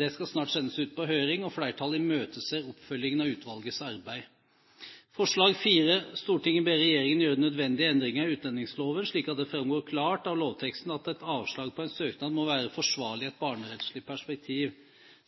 Den skal snart sendes ut på høring, og flertallet imøteser oppfølgingen av utvalgets arbeid. «Forslag 4: Stortinget ber regjeringen gjøre nødvendige endringer i utlendingsloven slik at det klart fremgår av lovteksten at et avslag på en søknad må være forsvarlig i et barnerettslig perspektiv»